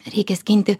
reikia skinti